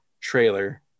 trailer